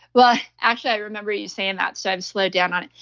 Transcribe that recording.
well actually i remember you saying that. so i've slowed down on it.